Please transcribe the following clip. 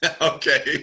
Okay